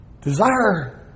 Desire